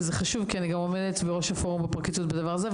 וזה חשוב כי אני גם עומדת בראש הפורום בפרקליטות בדבר הזה,